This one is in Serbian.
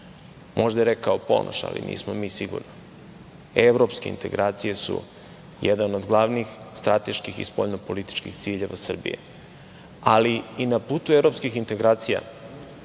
možda je rekao Ponoš, ali nismo mi sigurno. Evropske integracije su jedan od glavnih strateških i spoljno-političkih ciljeva Srbije, ali i na putu evropskih integracija